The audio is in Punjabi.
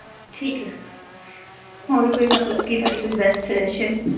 ਠੀਕ ਹੈ ਹੋਰ ਕੋਈ ਮਤਲਬ ਕਿ ਤੁਹਾਡੀ ਕੋਈ ਬੈਸਟ ਸੂਜੈਸ਼ਨ